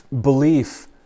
belief